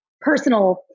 personal